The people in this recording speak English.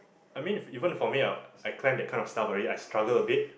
I mean if even for me I I climb that kind of stuff already I struggle a bit